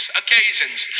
occasions